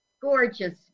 gorgeous